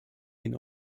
ihnen